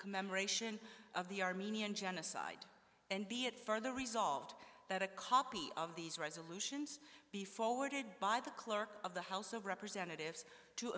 commemoration of the armenian genocide and be it further resolved that a copy of these resolutions be forwarded by the clerk of the house of representatives to